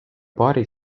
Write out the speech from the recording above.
paari